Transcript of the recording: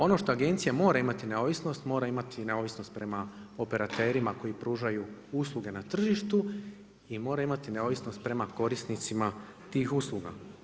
Ono što agencija mora imati neovisnosti, mora imati neovisnost prema operaterima koji pružaju usluge na tržištu i moraju imati neovisnost prema korisnicima tih usluga.